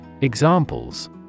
Examples